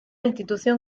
institución